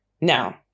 Now